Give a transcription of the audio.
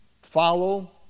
follow